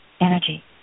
energy